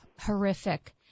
horrific